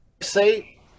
Say